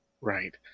Right